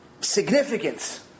significance